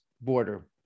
border